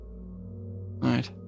right